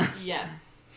Yes